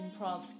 improv